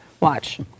Watch